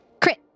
Crit